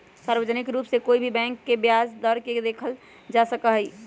सार्वजनिक रूप से कोई भी बैंक के ब्याज दर के देखल जा सका हई